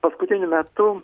paskutiniu metu